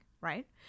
Right